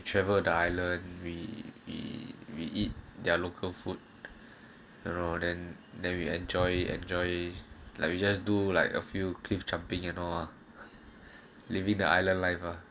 travel the island we we we eat their local food around and then we enjoy enjoy like we just do like a few cliff jumping you know ah leaving the island level